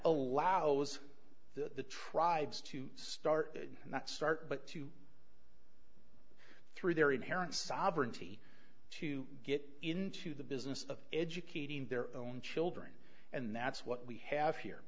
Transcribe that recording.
allows the tribes to started and that start but to through their inherent sovereignty to get into the business of educating their own children and that's what we have here